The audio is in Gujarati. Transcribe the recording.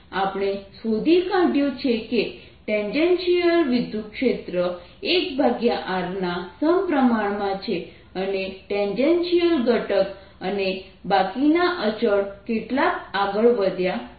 આપણે શોધી કાઢ્યું છે કે ટેન્જેન્શિયલ વિદ્યુતક્ષેત્ર 1r ના સમપ્રમાણમાં છે અને ટેન્જેન્શિયલ ઘટક અને બાકીના અચળ કેટલા આગળ વધ્યા છે